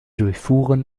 durchfuhren